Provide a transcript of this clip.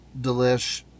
delish